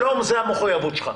שלום, זה המחויבות שלך.